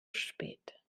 spät